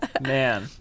Man